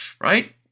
right